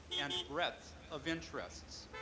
and breadth of interests.